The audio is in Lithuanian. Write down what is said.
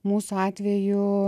mūsų atveju